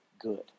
good